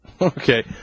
okay